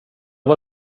var